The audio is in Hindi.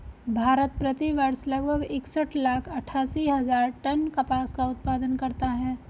भारत, प्रति वर्ष लगभग इकसठ लाख अट्टठासी हजार टन कपास का उत्पादन करता है